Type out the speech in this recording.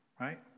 right